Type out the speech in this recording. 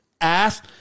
ass